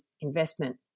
investment